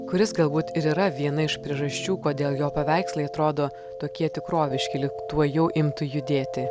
kuris galbūt ir yra viena iš priežasčių kodėl jo paveikslai atrodo tokie tikroviški lyg tuojau imtų judėti